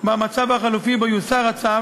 במצב החלופי שבו יוסר הצו